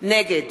נגד